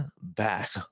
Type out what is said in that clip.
back